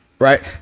Right